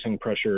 pressure